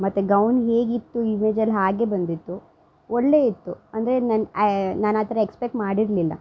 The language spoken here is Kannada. ಮತ್ತು ಗೌನ್ ಹೇಗಿತ್ತು ಇಮೇಜಲ್ಲಿ ಹಾಗೆ ಬಂದಿತ್ತು ಒಳ್ಳೆಯಿತ್ತು ಅಂದರೆ ನನ್ನ ನಾನು ಆ ಥರ ಎಕ್ಸ್ಪೆಕ್ಟ್ ಮಾಡಿರಲಿಲ್ಲ